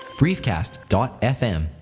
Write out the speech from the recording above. briefcast.fm